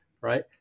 right